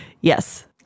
Yes